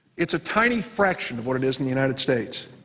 it's a tiny fraction of what it is in the united states.